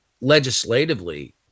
legislatively